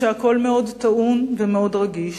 והכול מאוד טעון ומאוד רגיש.